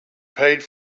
paid